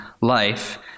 life